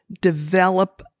develop